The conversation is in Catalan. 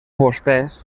vostès